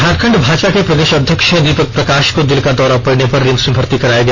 झारखंड भाजपा के प्रदेश अध्यक्ष दीपक प्रकाश को दिल का दौरा पडने पर रिम्स में भर्ती कराया गया